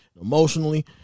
emotionally